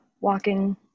walking